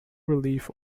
relief